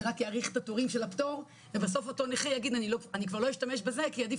זה רק יאריך את התורים של הפטור ובסוף אותו נכה לא ישתמש בזה כי עדיף